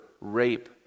rape